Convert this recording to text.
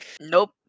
Nope